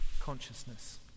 consciousness